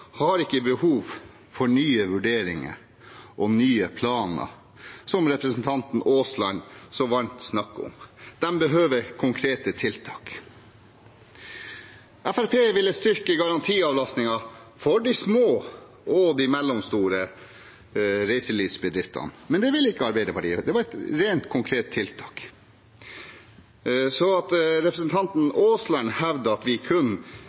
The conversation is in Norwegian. har ikke behov for nye vurderinger og nye planer, som representanten Aasland snakker så varmt om. De behøver konkrete tiltak. Fremskrittspartiet ville styrke garantiavlastningen for de små og mellomstore reiselivsbedriftene, men det ville ikke Arbeiderpartiet. Det var et rent konkret tiltak. Representanten Aasland hevder at vi kun